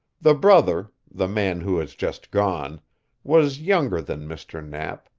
the brother the man who has just gone was younger than mr. knapp,